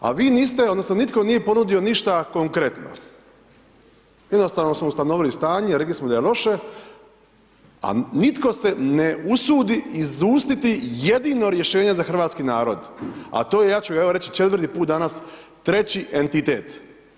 A vi niste, odnosno nitko nije ponudio ništa konkretno, jednostavno smo ustanovili stanje, rekli smo da je loše a nitko se ne usudi izustiti jedino rješenje za hrvatski narod, a to je ja ću ga reći evo četvrti put danas treći entitet.